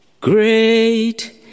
Great